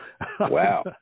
Wow